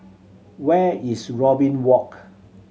where is Robin Walk